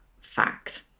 fact